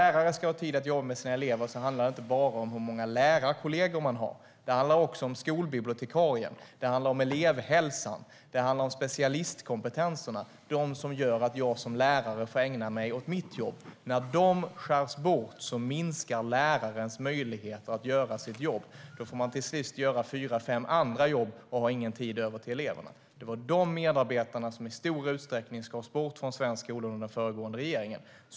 När lärare ska ha tid att jobba med sina elever handlar det inte bara om hur många lärarkollegor man har. Det handlar också om skolbibliotekarien, elevhälsan och specialistkompetenserna, de som gör att jag som lärare får ägna mig åt mitt jobb. När de skärs bort minskar lärarens möjligheter att göra sitt jobb. Då får man till sist göra fyra fem andra jobb och har ingen tid över till eleverna. Det var de medarbetarna som i stor utsträckning skars bort från svensk skola under den föregående regeringen.